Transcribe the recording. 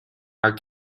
are